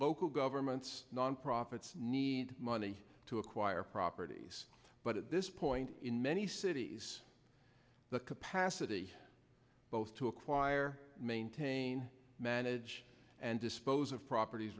local governments nonprofits need money to acquire properties but at this point in many cities the capacity both to acquire maintain manage and dispose of properties